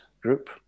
Group